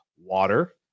water